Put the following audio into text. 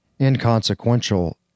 inconsequential